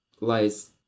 lies